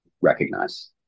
recognize